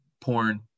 porn